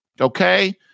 Okay